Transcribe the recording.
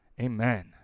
Amen